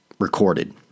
recorded